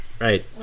right